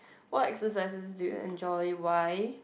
what exercises do you enjoy why